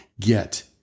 get